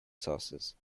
sauces